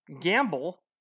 gamble